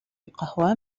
القهوة